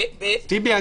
טיבי,